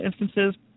instances